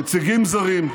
נציגים זרים,